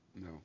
no